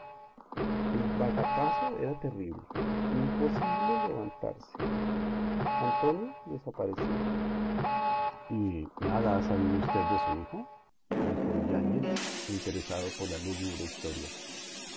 el batacazo era terrible imposible levantarse antonio desapareció y nada ha sabido usted de su hijo dijo yáñez interesado por la lúgubre historia